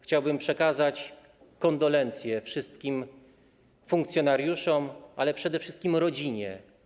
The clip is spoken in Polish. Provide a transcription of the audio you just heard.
Chciałbym przekazać kondolencje wszystkim funkcjonariuszom, ale przede wszystkim rodzinie.